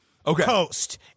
Coast